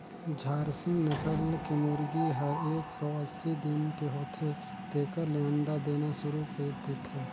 झारसिम नसल के मुरगी हर एक सौ अस्सी दिन के होथे तेकर ले अंडा देना सुरु कईर देथे